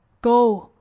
go,